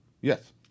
Yes